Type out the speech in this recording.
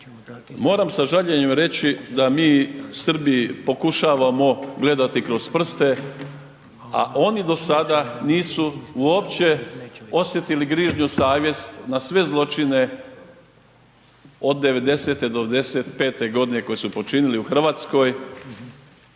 Moram sa žaljenjem reći da mi Srbiji pokušavamo gledati kroz prste a oni do sada nisu uopće osjetili grižnju savjesti na sve zločine od '90. do '95. g. koji su počinili u Hrvatskoj.